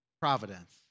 providence